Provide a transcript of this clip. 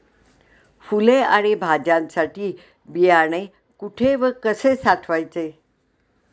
फुले आणि भाज्यांसाठी बियाणे कुठे व कसे साठवायचे?